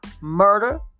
murder